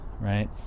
right